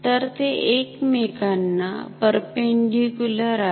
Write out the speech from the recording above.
तर ते एकमेकांना परपेंडीक्युलर आहेत